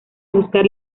buscar